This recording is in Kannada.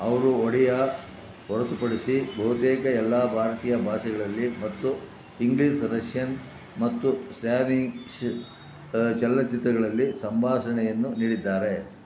ಅವರು ಒಡಿಯಾ ಹೊರತುಪಡಿಸಿ ಬಹುತೇಕ ಎಲ್ಲ ಭಾರತೀಯ ಭಾಷೆಗಳಲ್ಲಿ ಮತ್ತು ಇಂಗ್ಲೀಷ್ ರಷ್ಯನ್ ಮತ್ತು ಸ್ಪ್ಯಾನಿಷ್ ಚಲನಚಿತ್ರಗಳಲ್ಲಿ ಸಂಭಾಷಣೆಯನ್ನು ನೀಡಿದ್ದಾರೆ